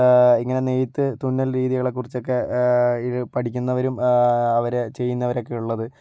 ഇങ്ങനെ നെയ്ത്ത് തുന്നൽ രീതികളെ കുറിച്ചൊക്കെ പഠിക്കുന്നവരും അവരെ ചെയ്യുന്നവരൊക്കെയുള്ളത്